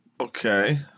Okay